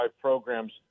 programs